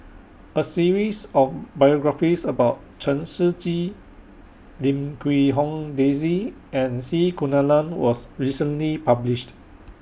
A series of biographies about Chen Shiji Lim Quee Hong Daisy and C Kunalan was recently published